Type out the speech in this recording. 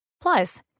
Plus